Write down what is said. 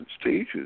stages